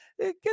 Get